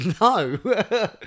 no